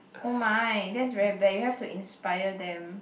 !oh my! that's very bad you have to inspire them